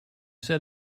said